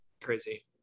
crazy